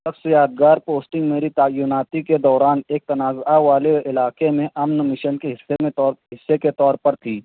سب سے یادگار پوسٹنگ میری تعیناتی کے دوران ایک تنازعہ والے علاقے میں امن میشن کے حصے میں طور حصے کے طور پر تھی